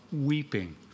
weeping